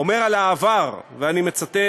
אומר על העבר, ואני מצטט: